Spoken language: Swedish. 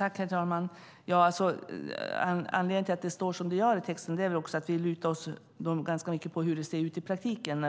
Herr talman! Anledningen till att det står som det gör i texten är väl också att vi lutar oss ganska mycket mot hur det ser ut i praktiken.